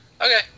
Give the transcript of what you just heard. Okay